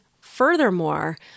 furthermore